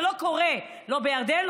זה לא קורה לא בירדן,